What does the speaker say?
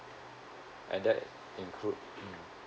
and that include